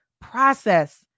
process